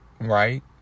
right